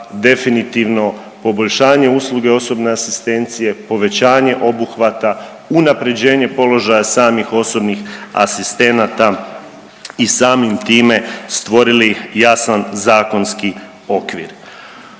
definitivno poboljšanje usluge osobne asistencije, povećanje obuhvata, unapređenje položaja samih osobnih asistenata i samim time stvorili jasan zakonski okvir.